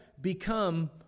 become